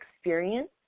experience